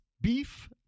beef